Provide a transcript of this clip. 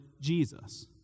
Jesus